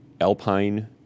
Alpine